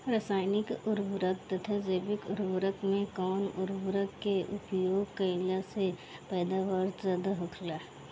रसायनिक उर्वरक तथा जैविक उर्वरक में कउन उर्वरक के उपयोग कइला से पैदावार ज्यादा होखेला?